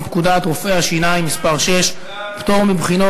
להצבעה על הצעת חוק לתיקון פקודת רופאי השיניים (מס' 6) (פטור מבחינות),